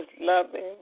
loving